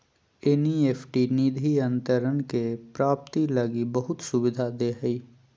NEFT निधि अंतरण के प्राप्ति लगी बहुत सुविधा दे हइ